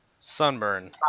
Sunburn